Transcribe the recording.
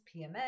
pms